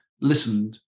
listened